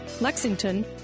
Lexington